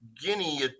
guinea